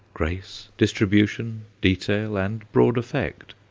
grace, distribution, detail, and broad effect.